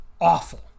awful